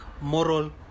moral